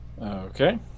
Okay